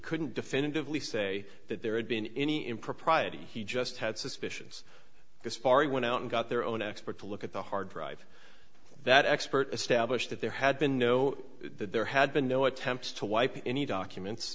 couldn't definitively say that there had been any impropriety he just had suspicions this far he went out and got their own expert to look at the hard drive that expert established that there had been no there had been no attempts to wipe any documents